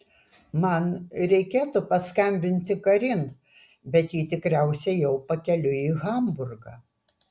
man reikėtų paskambinti karin bet ji tikriausiai jau pakeliui į hamburgą